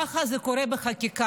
ככה זה קורה בחקיקה.